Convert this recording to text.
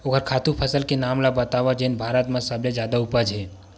ओखर खातु फसल के नाम ला बतावव जेन भारत मा सबले जादा उपज?